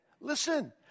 listen